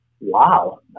Wow